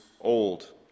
old